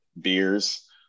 beers